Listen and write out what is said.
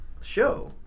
show